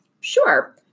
Sure